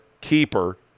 keeper